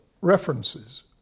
references